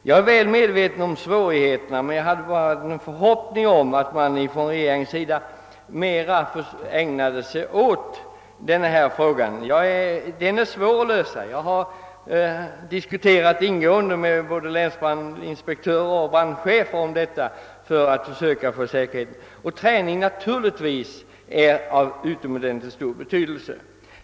Jag är väl medveten om svårigheterna, men jag hade hoppats att regeringen mera skulle ägna sig åt denna fråga. Den är svårlöst, och jag har ingående diskuterat den med både länsbrandinspektörer och brandchefer för att försöka få större brandsäkerhet till stånd. Naturligtvis är träning med utrymningsövningar också av utomordentligt stor betydelse.